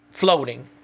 Floating